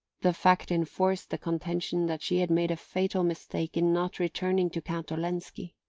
the fact enforced the contention that she had made a fatal mistake in not returning to count olenski.